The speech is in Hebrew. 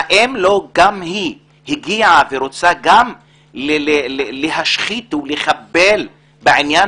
האם היא לא הגיעה ורוצה גם להשחית ולחבל בעניין